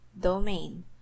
domain